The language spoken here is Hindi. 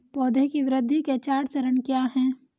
पौधे की वृद्धि के चार चरण क्या हैं?